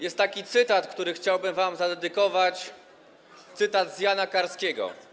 Jest taki cytat, który chciałbym wam zadedykować, cytat z Jana Karskiego.